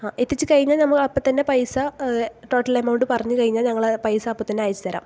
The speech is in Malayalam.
എത്തിച്ചു കഴിഞ്ഞാൽ നമ്മൾ അപ്പോൾത്തന്നെ പൈസ ടോട്ടൽ എമൗണ്ട് പറഞ്ഞുകഴിഞ്ഞാൽ ഞങ്ങൾ പൈസ അപ്പോൾത്തന്നെ അയച്ചുതരാം